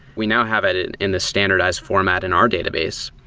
we now have it it in the standardized format in our database,